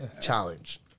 Challenge